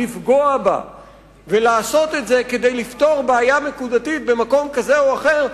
לפגוע בה ולעשות את זה כדי לפתור בעיה נקודתית במקום כזה או אחר,